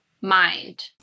Mind